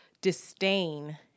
disdain